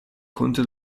conte